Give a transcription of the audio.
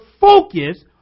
focus